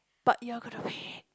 but you're gonna pay